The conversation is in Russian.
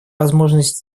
возможность